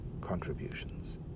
contributions